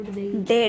Dead